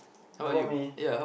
how about me